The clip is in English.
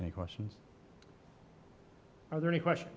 the questions are there any question